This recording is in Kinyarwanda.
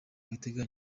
abiteganya